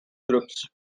groups